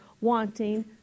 wanting